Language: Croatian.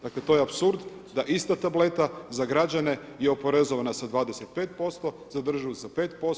Dakle to je apsurd da ista tableta za građane je oporezovana sa 25%, za državu 5%